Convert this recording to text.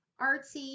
artsy